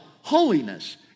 holiness